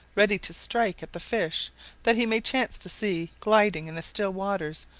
ready to strike at the fish that he may chance to see gliding in the still waters,